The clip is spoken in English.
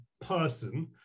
person